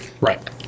Right